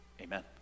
Amen